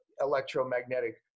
electromagnetic